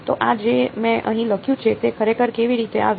તો આ જે મેં અહીં લખ્યું છે તે ખરેખર કેવી રીતે આવ્યું